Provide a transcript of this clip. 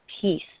peace